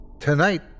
Tonight